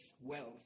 wealth